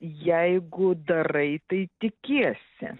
jeigu darai tai tikiesi